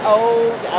old